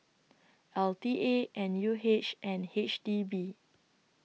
L T A N U H and H D B